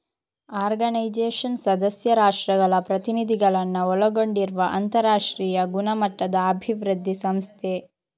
organisation ಸದಸ್ಯ ರಾಷ್ಟ್ರಗಳ ಪ್ರತಿನಿಧಿಗಳನ್ನ ಒಳಗೊಂಡಿರುವ ಅಂತರಾಷ್ಟ್ರೀಯ ಗುಣಮಟ್ಟದ ಅಭಿವೃದ್ಧಿ ಸಂಸ್ಥೆ